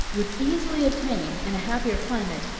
would easily obtain, in a happier climate,